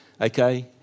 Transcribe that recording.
Okay